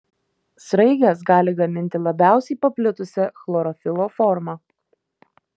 sraigės gali gaminti labiausiai paplitusią chlorofilo formą